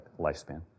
lifespan